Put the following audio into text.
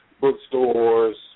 bookstores